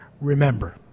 Remember